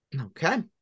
Okay